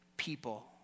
people